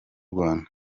rwanda